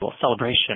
celebration